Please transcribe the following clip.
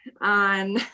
on